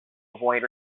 avoid